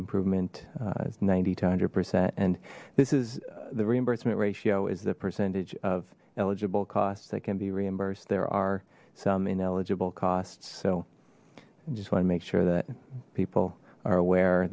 improvement ninety two hundred percent and this is the reimbursement ratio is the percentage of eligible costs that can be reimbursed there are some ineligible costs so i just want to make sure that people are aware